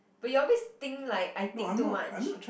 but you always think like I think too much